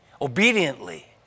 obediently